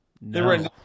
No